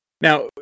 Now